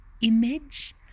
image